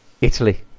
Italy